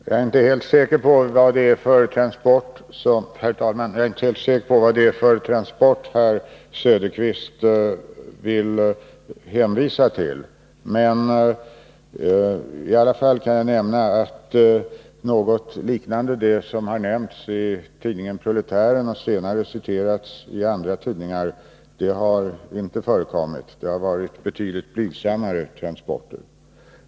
Herr talman! Jag är inte alldeles säker på vad det är för transport herr Söderqvist vill hänvisa till, men jag kan nämna att något liknande det som nämnts i tidningen Proletären och senare citerats i andra tidningar inte har förekommit. Det har varit betydligt blygsammare transporter.